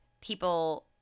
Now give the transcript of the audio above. People –